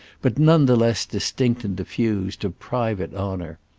but none the less distinct and diffused, of private honour.